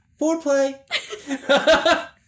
foreplay